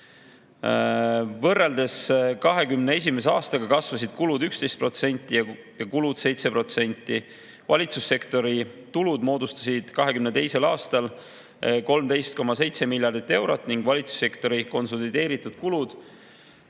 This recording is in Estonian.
Võrreldes 2021. aastaga kasvasid [tulud] 11% ja kulud 7%. Valitsussektori tulud moodustasid 2022. aastal 13,7 miljardit eurot ning valitsussektori konsolideeritud kulud